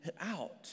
out